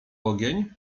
ogień